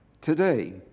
Today